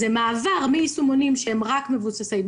זה מעבר מיישומונים שמבוססים רק על